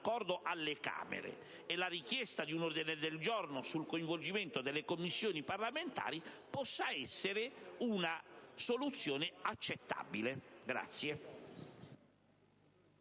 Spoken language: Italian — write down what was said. dell'accordo alle Camere e la richiesta di un ordine del giorno sul coinvolgimento delle Commissioni parlamentari possa essere una soluzione accettabile.